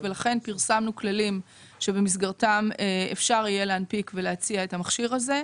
ולכן פרסמנו כללים שבמסגרתם אפשר יהיה להנפיק ולהציע את המכשיר הזה.